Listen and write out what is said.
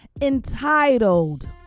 entitled